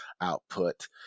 output